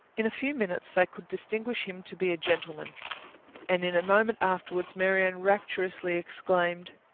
in a few minutes they could distinguish him to be a gentleman and in a moment afterwards marianne rapturously exclaimed,